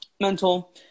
Mental